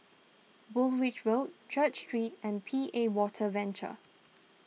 Woolwich Road Church Street and P A Water Venture